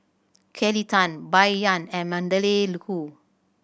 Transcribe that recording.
Kelly Tang Bai Yan and Magdalene Khoo